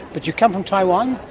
but you come from taiwan?